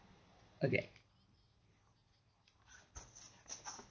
okay